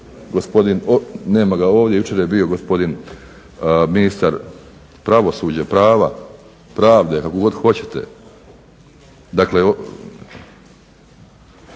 ostali, nema ga ovdje, jučer je bio gospodin ministar pravosuđa, prava, pravde, kako god hoćete. Dakle,